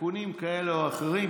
בתיקונים כאלה או אחרים,